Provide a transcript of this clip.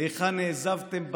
/ איכה נעזבתם בדד,